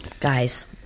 guys